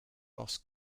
boss